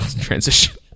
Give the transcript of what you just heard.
transition